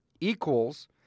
equals